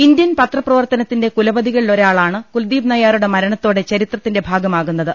Indian പത്രപ്രവർത്തനത്തിന്റെ കുലപതികളിലൊ രാളാണ് കുൽദീപ് നയ്യാറുടെ മരണത്തോടെ ചരിത്ര ത്തിന്റെ ഭാഗ മാ കു ന്ന ത്